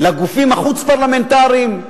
לגופים החוץ-פרלמנטריים,